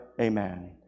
Amen